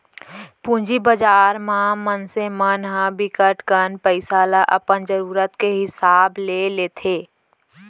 पूंजी बजार म मनसे मन ह बिकट कन पइसा ल अपन जरूरत के हिसाब ले लेथे